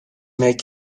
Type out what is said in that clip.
make